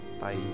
Bye